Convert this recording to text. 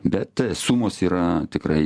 bet sumos yra tikrai